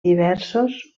diversos